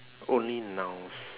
only nouns